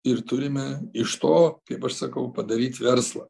ir turime iš to kaip aš sakau padaryt verslą